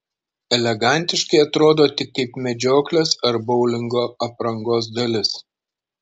elegantiškai atrodo tik kaip medžioklės ar boulingo aprangos dalis